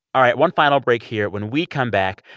right. one final break here when we come back,